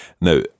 Now